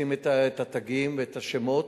לשים את התגים ואת השמות.